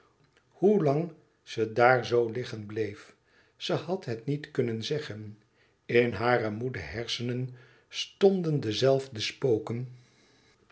hoe lang ze daar zoo liggen bleef ze had het niet kunnen zeggen in hare moede hersenen stonden de zelfde spoken